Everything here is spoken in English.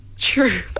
true